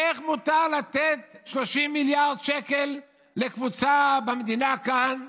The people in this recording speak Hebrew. איך מותר לתת 30 מיליארד לקבוצה במדינה כאן,